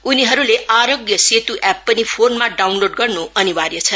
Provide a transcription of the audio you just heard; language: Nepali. उनीहरूले आरोग्य सेत् एप् पनि फोनमा डाउनलोड गर्न् अनिवार्य छ